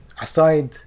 aside